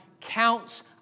counts